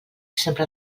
sempre